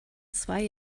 zwei